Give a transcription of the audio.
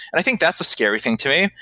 i think that's a scary thing to me,